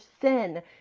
sin